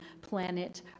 planet